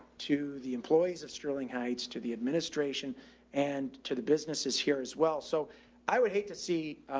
to the employees of sterling heights, to the administration and to the businesses here as well. so i would hate to see,